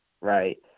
right